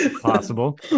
possible